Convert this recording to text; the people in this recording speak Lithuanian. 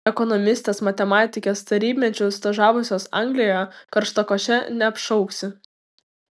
ekonomistės matematikės tarybmečiu stažavusios anglijoje karštakoše neapšauksi